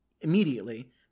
immediately